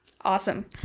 awesome